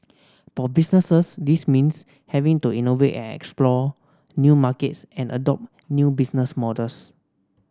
for businesses this means having to innovate and explore new markets and adopt new business models